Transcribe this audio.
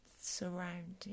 surrounding